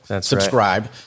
subscribe